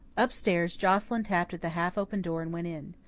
up-stairs, joscelyn tapped at the half-open door and went in.